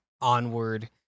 onward